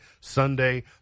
Sunday